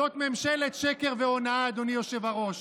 זאת ממשלת שקר והונאה, אדוני היושב-ראש.